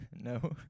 No